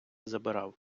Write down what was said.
забирав